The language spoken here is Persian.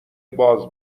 باز